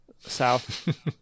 south